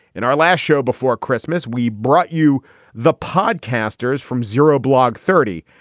in our last show before christmas, we brought you the podcasters from zero blog thirty.